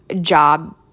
job